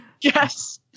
Yes